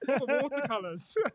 watercolors